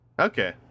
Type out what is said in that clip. Okay